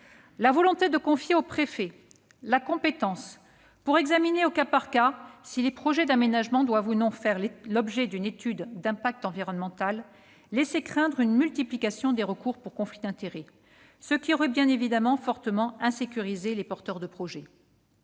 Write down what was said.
La volonté de confier au préfet la compétence d'examiner au cas par cas si les projets d'aménagement doivent ou non faire l'objet d'une étude d'impact environnemental laissait craindre une multiplication des recours pour conflit d'intérêts, ce qui aurait fortement insécurisé les porteurs de projets.